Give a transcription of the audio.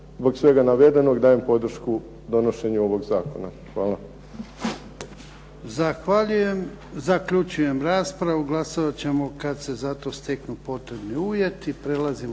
Zbog svega navedenog dajem podršku donošenju ovog zakona. Hvala.